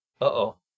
Uh-oh